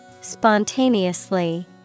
Spontaneously